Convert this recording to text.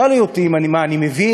שאלו אותי מה אני מבין,